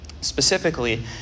specifically